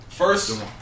First